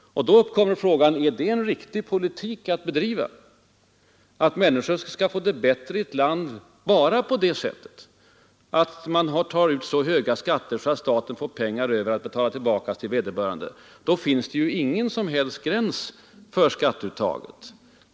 Då uppkommer frågan: Är det en rätt politik att bedriva, en politik som innebär att människor får det bättre bara på det sättet, att staten genom höga skatter får pengar att betala tillbaka till vederbörande skattebetalare? I så fall finns det ju ingen som helst gräns för skatteuttaget!